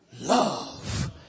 Love